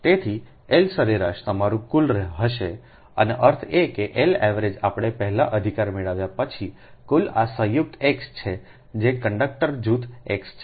તેથી જ L સરેરાશ તમારું કુલ હશેએનો અર્થ એ કે L એવરેજ આપણે પહેલા અધિકાર મેળવ્યા પછી કુલ આ સંયુક્ત X છે જે કંડક્ટર જૂથ x છે